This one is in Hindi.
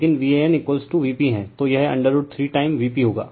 लेकिन VAN Vp हैं तो यह √ 3 टाइम Vp होगा